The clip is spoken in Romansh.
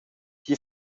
tgi